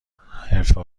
حرفه